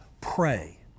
Pray